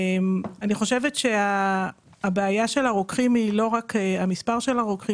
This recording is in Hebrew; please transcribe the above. אני חושבת שהבעיה של הרוקחים היא לא רק המספר שלהם,